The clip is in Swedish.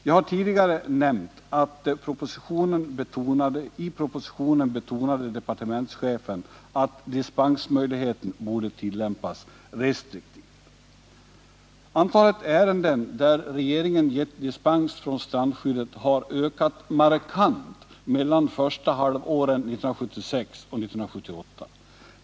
Jag har tidigare nämnt att departementschefen i propositionen betonade att dispensmöjligheten borde tillämpas restriktivt. Antalet ärenden där regeringen gett dispens från strandskyddet har ökat markant mellan första halvåret 1976 och första halvåret 1978.